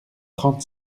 trente